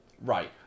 right